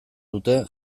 dute